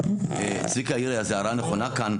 צביקה העיר הערה נכונה כאן.